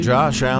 Josh